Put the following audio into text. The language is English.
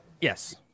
Yes